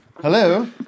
Hello